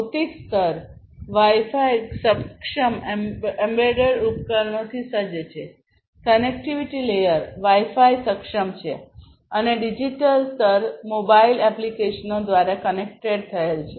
ભૌતિક સ્તર Wi Fi સક્ષમ એમ્બેડ ઉપકરણોથી સજ્જ છે કનેક્ટિવિટી લેયર Wi Fi સક્ષમ છે અને ડિજિટલ સ્તર મોબાઇલ એપ્લિકેશનો દ્વારા કનેક્ટ થયેલ છે